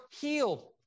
healed